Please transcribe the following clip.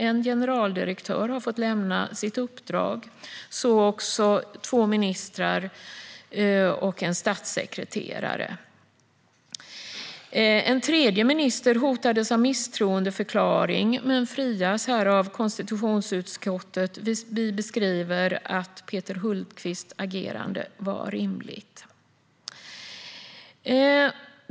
En generaldirektör har fått lämna sitt uppdrag, så också två ministrar och en statssekreterare. En tredje minister hotades av misstroendeförklaring men frias här av konstitutionsutskottet. Vi beskriver att Peter Hultqvists agerande var rimligt.